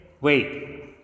wait